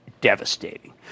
Devastating